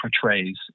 portrays